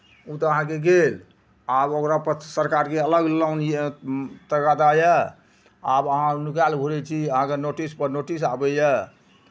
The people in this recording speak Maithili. ओ तऽ अहाँके गेल आब ओकरा प्रति सरकारके अलग लोन यए तकादा यए आब अहाँ नुकायल घुरै छी अहाँकेँ नोटिसपर नोटिस आबैए